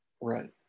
Right